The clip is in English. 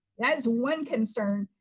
that is one concern.